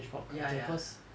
ya ya